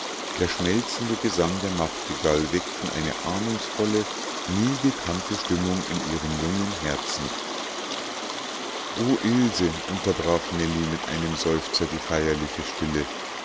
der schmelzende gesang der nachtigall weckten eine ahnungsvolle nie gekannte stimmung in ihren jungen herzen o ilse unterbrach nellie mit einem seufzer die feierliche stille